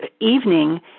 evening